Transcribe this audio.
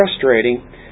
frustrating